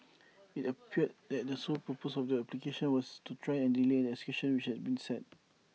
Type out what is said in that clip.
IT appeared that the sole purpose of the applications was to try and delay the execution which had been set